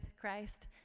Christ